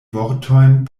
vortojn